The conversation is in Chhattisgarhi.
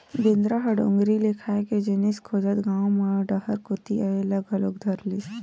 बेंदरा ह डोगरी ले खाए के जिनिस खोजत गाँव म डहर कोती अये ल घलोक धरलिस